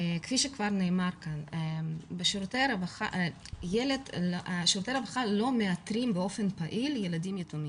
כפי שכבר נאמר כאן שירותי הרווחה לא מאתרים באופן פעיל ילדים יתומים.